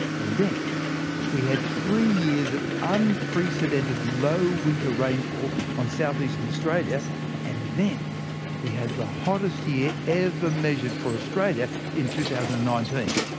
and then we had three years of unprecedented low winter rainfall on south-eastern australia and then we had the hottest year ever measured for australia in two thousand and nineteen.